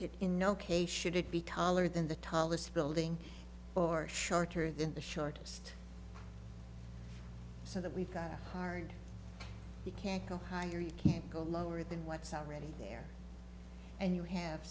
ok should it be taller than the tallest building or shorter than the shortest so that we've got hard we can't go higher you can't go lower than what some reading there and you have